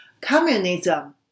communism